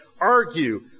Argue